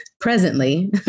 presently